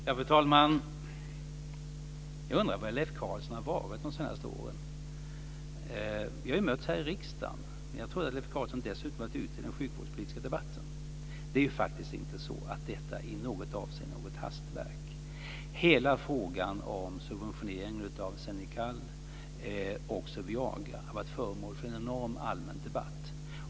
Fru talman! Jag undrar var Leif Carlson har varit de senaste åren. Vi har ju mötts här i riksdagen, men jag trodde att Leif Carlson dessutom hade varit ute i den sjukvårdspolitiska debatten. Det är ju faktiskt inte så att detta i något avseende är något hastverk. Hela frågan om subventioneringen av Xenical och också Viagra har varit föremål för en enorm allmän debatt.